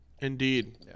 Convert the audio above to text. Indeed